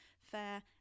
fair